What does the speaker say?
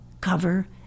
Cover